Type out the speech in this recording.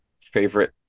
favorite